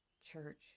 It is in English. Church